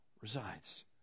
resides